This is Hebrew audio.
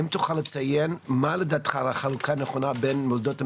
האם תוכל לציין מה לדעתך החלוקה הנכונה בין מוסדות המדינה,